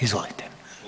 Izvolite.